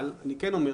אבל אני כן אומר,